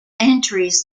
entries